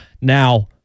Now